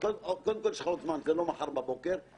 זה לא מחר בבוקר.